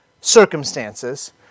circumstances